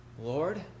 Lord